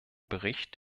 bericht